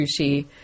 sushi